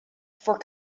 for